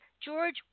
George